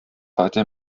heute